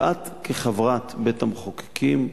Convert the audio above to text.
ואת, כחברת בית-המחוקקים,